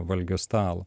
valgio stalo